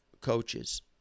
coaches